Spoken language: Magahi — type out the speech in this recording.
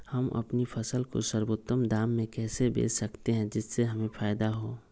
हम अपनी फसल को सर्वोत्तम दाम में कैसे बेच सकते हैं जिससे हमें फायदा हो?